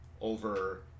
over